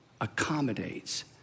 accommodates